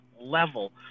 level